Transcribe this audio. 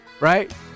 Right